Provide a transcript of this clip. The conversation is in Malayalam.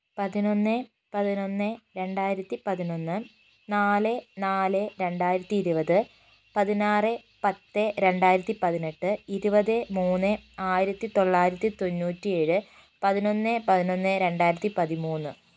പതിനൊന്ന് പതിനൊന്ന് രണ്ടായിരത്തിപ്പതിനൊന്ന് നാല് നാല് രണ്ടായിരത്തി ഇരുപത് പതിനാറ് പത്ത് രണ്ടായിരത്തിപ്പതിനെട്ട് ഇരുപത് മൂന്ന് ആയിരത്തിത്തൊള്ളായിരത്തി തൊണ്ണൂറ്റി ഏഴ് പതിനൊന്ന് പതിനൊന്ന് രണ്ടായിരത്തിപ്പതിമൂന്ന്